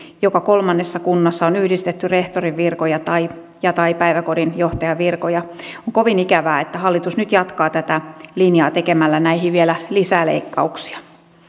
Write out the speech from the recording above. joka kolmannessa kunnassa on yhdistetty rehtorin virkoja ja tai päiväkodin johtajan virkoja on kovin ikävää että hallitus nyt jatkaa tätä linjaa tekemällä näihin vielä lisäleikkauksia